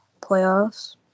playoffs